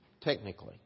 technically